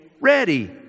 ready